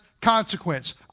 consequence